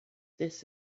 this